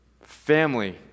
family